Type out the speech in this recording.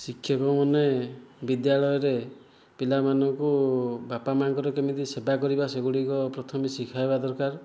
ଶିକ୍ଷକମାନେ ବିଦ୍ୟାଳୟରେ ପିଲାମାନଙ୍କୁ ବାପା ମାଆଙ୍କର କେମିତି ସେବା କରିବା ସେଗୁଡ଼ିକ ପ୍ରଥମେ ଶିଖାଇବା ଦରକାର